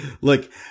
look